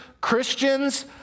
Christians